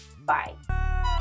bye